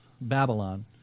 Babylon